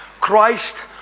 Christ